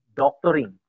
doctoring